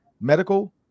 medical